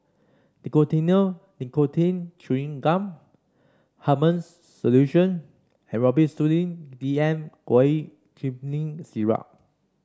Nicotinell Nicotine Chewing Gum Hartman's Solution and Robitussin D M Syrup